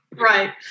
Right